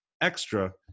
extra